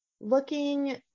looking